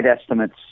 estimates